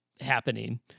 happening